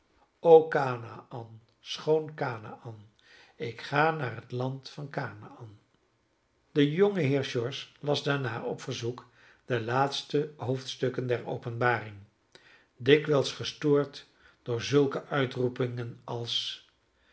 o kanaän schoon kanaän ik ga naar t land van kanaän de jongeheer george las daarna op verzoek de laatste hoofdstukken der openbaring dikwijls gestoord door zulke uitroepingen als